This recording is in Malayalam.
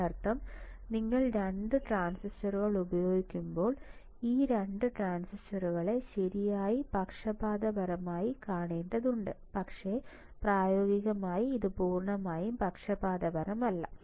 അതിനർത്ഥം നിങ്ങൾ 2 ട്രാൻസിസ്റ്ററുകൾ ഉപയോഗിക്കുമ്പോൾ ഈ 2 ട്രാൻസിസ്റ്ററുകളെ ശരിയായി പക്ഷപാതപരമായി കാണേണ്ടതുണ്ട് പക്ഷേ പ്രായോഗികമായി ഇത് പൂർണ്ണമായും പക്ഷപാതപരമല്ല